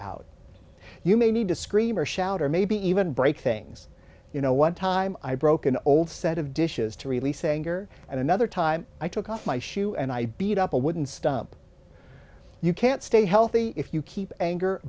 out you may need to scream or shout or maybe even break things you know what time i broke an old set of dishes to releasing or another time i took off my shoe and i beat up a wooden stump you can't stay healthy if you keep anger